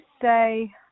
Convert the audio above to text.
say